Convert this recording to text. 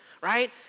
right